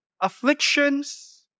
afflictions